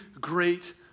great